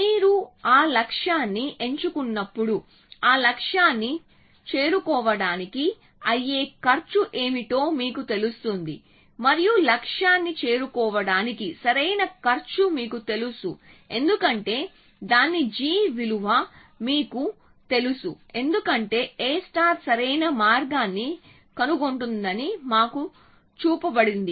మీరు ఆ లక్ష్యాన్ని ఎంచు కున్నప్పుడు ఆ లక్ష్యాన్ని చేరుకోవడానికి అయ్యే ఖర్చు ఏమిటో మీకు తెలుస్తుంది మరియు లక్ష్యాన్ని చేరుకోవడానికి సరైన ఖర్చు మీకు తెలుసు ఎందుకంటే దాని g విలువ మీకు తెలుసు ఎందుకంటే A సరైన మార్గాన్ని కనుగొంటుందని మాకు చూపబడింది